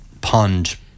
pond